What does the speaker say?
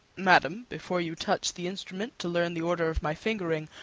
madam, before you touch the instrument, to learn the order of my fingering,